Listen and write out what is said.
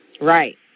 Right